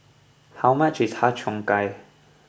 how much is Har Cheong Gai